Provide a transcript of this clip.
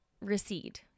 recede